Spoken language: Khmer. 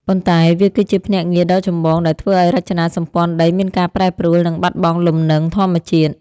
ប៉ុន្តែវាគឺជាភ្នាក់ងារដ៏ចម្បងដែលធ្វើឱ្យរចនាសម្ព័ន្ធដីមានការប្រែប្រួល និងបាត់បង់លំនឹងធម្មជាតិ។